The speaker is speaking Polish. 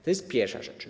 To jest pierwsza rzecz.